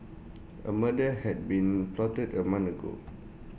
A murder had been plotted A month ago